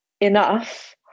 enough